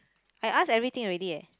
I ask everything already eh